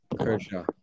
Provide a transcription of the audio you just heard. Kershaw